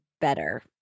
better